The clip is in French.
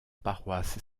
paroisse